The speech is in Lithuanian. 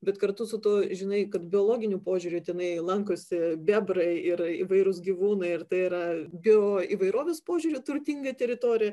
bet kartu su tuo žinai kad biologiniu požiūriu tenai lankosi bebrai ir įvairūs gyvūnai ir tai yra bioįvairovės požiūriu turtinga teritorija